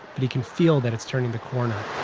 but he can feel that it's turning the corner